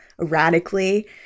erratically